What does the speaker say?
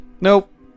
Nope